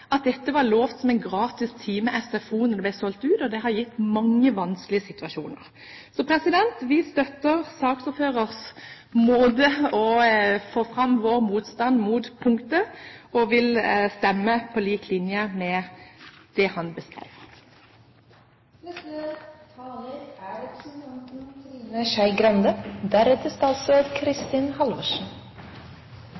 at dette var lovet som en gratis time SFO da det ble solgt ut, og det har gitt mange vanskelige situasjoner. Vi støtter saksordførerens måte å få fram vår motstand mot punktet på, og vil stemme på lik linje med det han